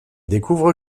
découvre